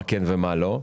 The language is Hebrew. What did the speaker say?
למה כן ולמה לא.